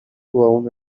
blown